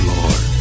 Lord